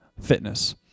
fitness